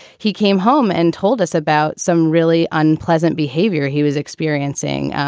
he came home and told us about some really unpleasant behavior he was experiencing.